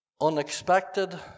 unexpected